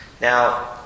Now